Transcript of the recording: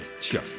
Sure